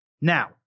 Now